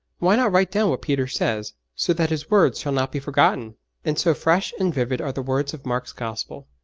why not write down what peter says, so that his words shall not be forgotten and so fresh and vivid are the words of mark's gospel,